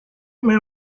man